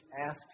asked